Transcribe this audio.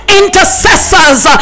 intercessors